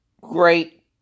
great